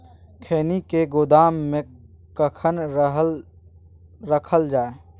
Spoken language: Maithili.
खैनी के गोदाम में कखन रखल जाय?